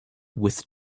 with